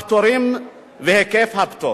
הפטורים והיקף הפטור".